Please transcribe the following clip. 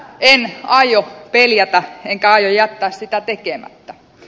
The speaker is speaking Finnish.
en aio peljätä enkä aio jättää sitä tekemättä